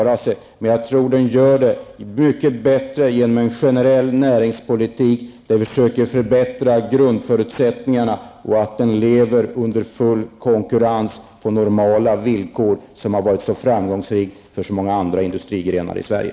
Jag tror dock att tekoindustrin klarar sig mycket bättre genom en generell näringspolitik som syftar till att förbättra grundförutsättningarna, så att den kan verka under full konkurrens på normala villkor, vilket har varit så framgångsrikt för så många andra industrigrenar i Sverige.